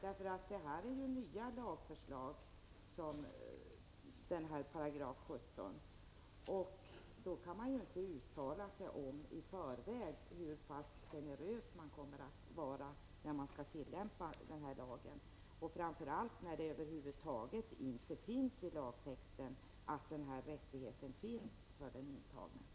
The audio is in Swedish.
17 § är nämligen ett förslag till en ny lag. Då kan man ju inte uttala sig i förväg om hur pass generös man kommer att vara när man skall tillämpa denna lag, framför allt inte när det i lagtexten inte står att denna rättighet skall finnas för den intagne.